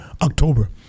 October